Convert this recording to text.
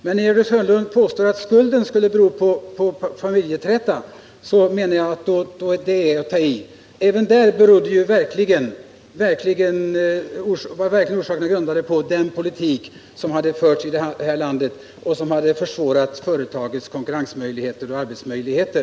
Men när Gördis Hörnlund påstod att skulden skulle kunna läggas på en familjeträta, menar jag att det är att ta i. Även där var ju orsaken verkligen den politik som hade förts i landet och som hade försvårat företagets konkurrensmöjligheter och arbetsmöjligheter.